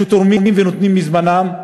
שתורמים ונותנים מזמנם,